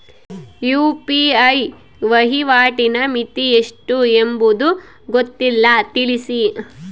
UPI ವಹಿವಾಟಿನ ಮಿತಿ ಎಷ್ಟು ಎಂಬುದು ಗೊತ್ತಿಲ್ಲ? ತಿಳಿಸಿ?